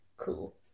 Cool